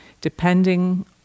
depending